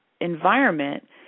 environment